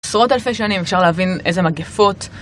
עשרות אלפי שנים, אפשר להבין איזה מגפות.